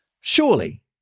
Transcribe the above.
Surely